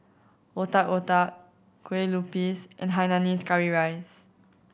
Otak Otak kue lupis and hainanese curry rice